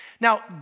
Now